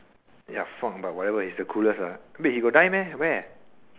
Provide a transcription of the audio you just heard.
ya fuck but whatever he's the coolest lah wait he got die meh where